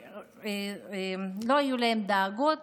לא היו להם דאגות